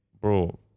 bro